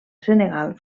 senegal